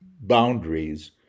boundaries